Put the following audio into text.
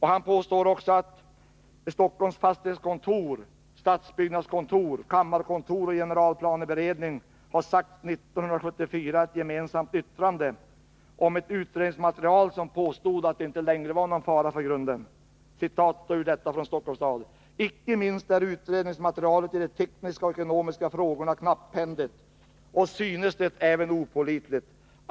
Han påstår också att Stockholms fastighetskontor, stadsbyggnadskontor, kammarkontor och generalplaneberedning 1974 uttalat i ett gemensamt yttrande om det utredningsmaterial som påstod att det inte längre var någon fara för grunden: Icke minst är utredningsmaterialet i de tekniska och ekonomiska frågorna knapphändigt, och synes det även opålitligt.